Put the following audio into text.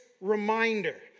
reminder